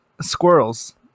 squirrels